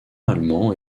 allemand